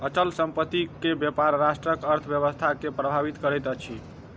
अचल संपत्ति के व्यापार राष्ट्रक अर्थव्यवस्था के प्रभावित करैत अछि